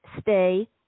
stay